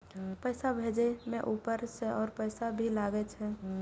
पैसा भेजे में ऊपर से और पैसा भी लगे छै?